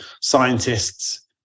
scientists